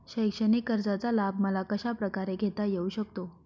शैक्षणिक कर्जाचा लाभ मला कशाप्रकारे घेता येऊ शकतो?